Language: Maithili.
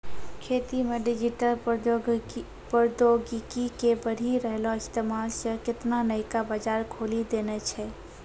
खेती मे डिजिटल प्रौद्योगिकी के बढ़ि रहलो इस्तेमालो से केतना नयका बजार खोलि देने छै